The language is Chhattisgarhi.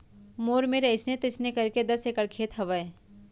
मोर मेर अइसे तइसे करके दस एकड़ खेत हवय